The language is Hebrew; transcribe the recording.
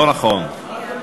לא נכון.